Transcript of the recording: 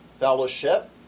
fellowship